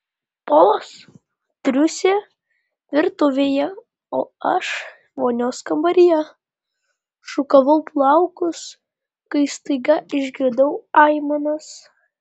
polas triūsė virtuvėje o aš vonios kambaryje šukavau plaukus kai staiga išgirdau aimanas